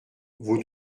vous